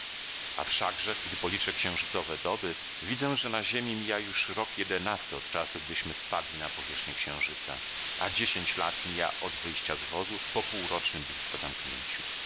a wszakże gdy policzę księżycowe doby widzę że na ziemi mija już rok jedenasty od czasu gdyśmy spadli na powierzchnię księżyca a dziesięć lat mija od wyjścia z wozu po półrocznym blizko zamknięciu